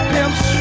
Pimps